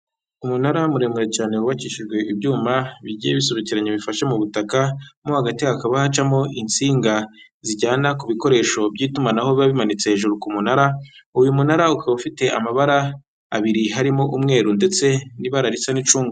Umunara muremure cyane wubakishijwe ibyuma bigiye bisobekeranya bifashe mu butaka, mo hagati hakaba hacamo insinga zijyana ku bikoresho by'itumanaho biba bimanitse hejuru ku munara, uyu munara ukaba ufite amabara abiri harimo umweru ndetse n'ibara risa n'icunga.